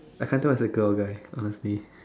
I can't tell it's a girl or guy honestly